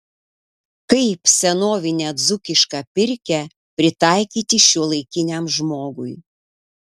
kaip senovinę dzūkišką pirkią pritaikyti šiuolaikiniam žmogui